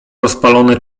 rozpalone